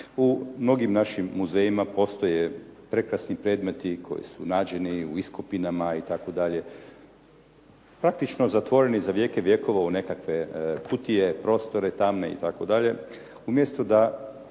u mnogim našim muzejima postoje prekrasni predmeti koji su nađeni u iskopinama itd., praktično zatvoreni za vjeke vjekova u nekakve kutije, prostore tamne itd., umjesto da